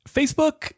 Facebook